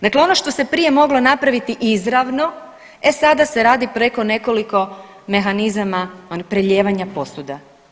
Dakle, ono što se prije moglo napraviti izravno, e sada se radi preko nekoliko mehanizama prelijevanja posuda.